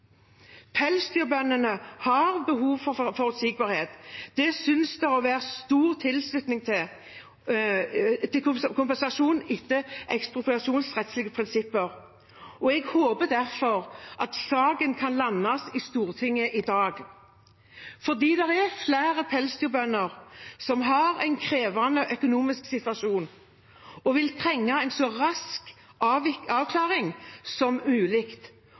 Pelsdyrbøndene har behov for forutsigbarhet. Det synes å være stor tilslutning til kompensasjon etter ekspropriasjonsrettslige prinsipper. Jeg håper derfor at saken kan landes i Stortinget i dag, for det er flere pelsdyrbønder som har en krevende økonomisk situasjon, og som vil trenge en så rask avklaring som